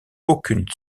aucune